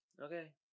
Okay